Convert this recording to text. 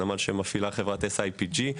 הנמל שמפעילה חברת Sipg.